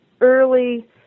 early